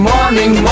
Morning